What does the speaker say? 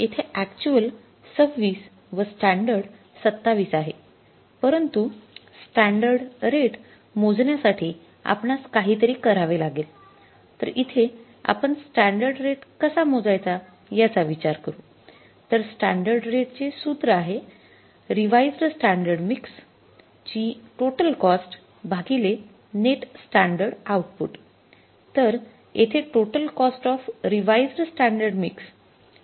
तर येथे अक्यचुअल २६ व स्टॅंडर्ड २७ आहे